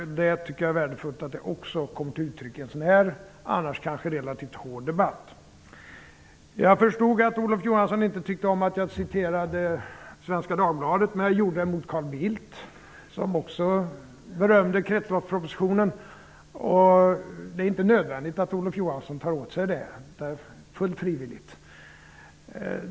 Det är värdefullt att det också kommer till uttryck i en sådan här debatt, som annars kanske är relativt hård. Jag förstod att Olof Johansson inte tyckte om att jag citerade Svenska Dagbladet. Men jag gjorde det gentemot Carl Bildt, som också berömde kretsloppspropositionen. Det är inte nödvändigt att Olof Johansson tar åt sig av det -- det är fullt frivilligt.